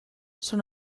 són